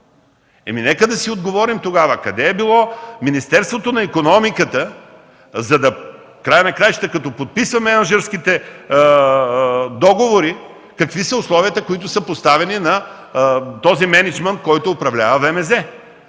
Нека да си отговорим тогава: къде е било Министерството на икономиката, енергетиката и туризма, в края на краищата, като подписва мениджърските договори, какви са условията, които са поставени на този мениджмънт, който управлява ВМЗ?